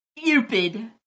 Stupid